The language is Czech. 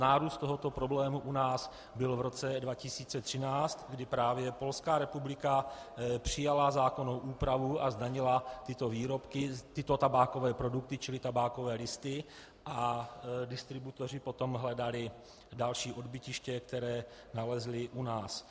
Nárůst tohoto problému u nás byl v roce 2013, kdy právě Polská republika přijala zákonnou úpravu a zdanila tyto tabákové produkty, čili tabákové listy, a distributoři potom hledali další odbytiště, které nalezli u nás.